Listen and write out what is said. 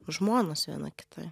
žmonos viena kitai